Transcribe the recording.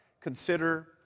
Consider